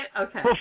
Okay